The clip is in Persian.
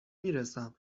میرسم